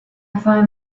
find